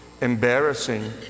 embarrassing